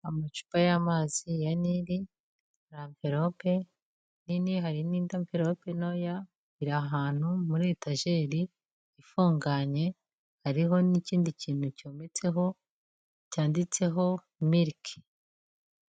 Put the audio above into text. Amacupa y'amazi ya nili, har'amverope nini har'indi amverope ntoya irah'ahantu muri etajeri ifunganye hariho n'ikindi kintu cyometseho cyanditseho miriki.